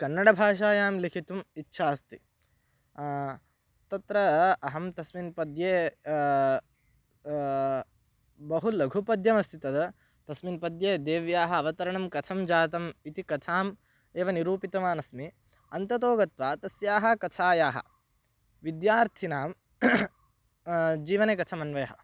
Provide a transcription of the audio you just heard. कन्नडभाषायां लिखितुम् इच्छा अस्ति तत्र अहं तस्मिन् पद्ये बहु लघुपद्यमस्ति तद् तस्मिन् पद्ये देव्याः अवतरणं कथं जातम् इति कथाम् एव निरूपितवान् अस्मि अन्ततो गत्वा तस्याः कथायाः विद्यार्थिनां जीवने कथमन्वयः